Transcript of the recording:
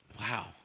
wow